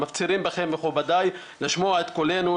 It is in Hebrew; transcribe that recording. מפצירים בכם מכובדיי לשמוע את קולנו,